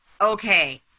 okay